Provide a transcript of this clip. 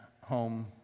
home